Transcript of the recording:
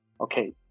okay